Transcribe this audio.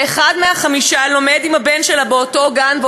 ואחד מהם לומד עם הבן שלה באותו גן,